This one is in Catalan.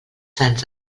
sants